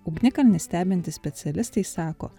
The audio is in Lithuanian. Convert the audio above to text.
ugnikalnį stebintys specialistai sako